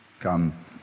Come